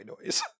noise